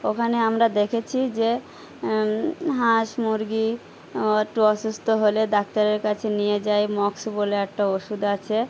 ওখানে আমরা দেখেছি যে হাঁস মুরগি ও একটু অসুস্থ হলে ডাক্তারের কাছে নিয়ে যাই মক্স বলে একটা ওষুধ আছে